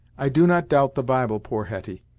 i do not doubt the bible, poor hetty,